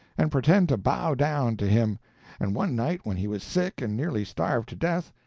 and pretend to bow down to him and one night when he was sick and nearly starved to death,